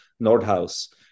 Nordhaus